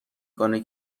کنه